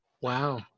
wow